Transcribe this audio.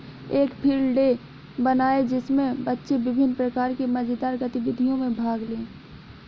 एक field day बनाएं जिसमें बच्चे विभिन्न प्रकार की मजेदार गतिविधियों में भाग लें